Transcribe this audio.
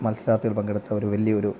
മത്സരത്തിൽ പങ്കെടുത്തൊരു വലിയ ഒരു